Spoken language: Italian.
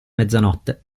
mezzanotte